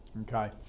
Okay